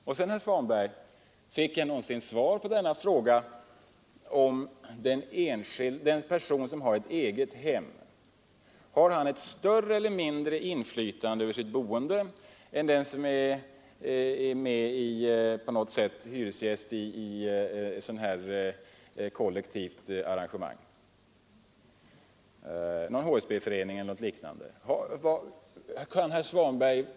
Fick jag någonsin av herr Svanberg svar på frågan om huruvida den person som har ett eget hem har ett större eller mindre inflytande över sitt boende än den som är med i något kollektivt arrangemang, t.ex. en HSB-förening?